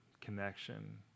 connection